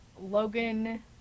Logan